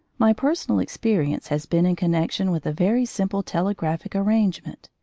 my personal experience has been in connection with a very simple telegraphic arrangement.